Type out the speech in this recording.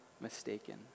mistaken